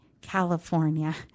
California